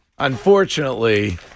Unfortunately